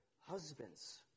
husbands